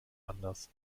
anders